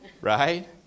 Right